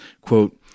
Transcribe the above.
quote